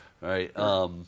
right